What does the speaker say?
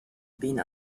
been